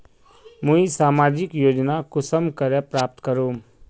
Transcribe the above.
मुई सामाजिक योजना कुंसम करे प्राप्त करूम?